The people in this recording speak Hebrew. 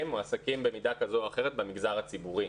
מועסקים במידה כזו או אחרת במגזר הציבורי.